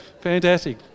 fantastic